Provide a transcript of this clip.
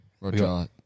Roger